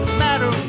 matter